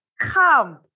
come